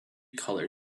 colour